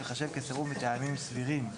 ייחשב כסירוב מטעמים סבירים.